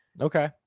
Okay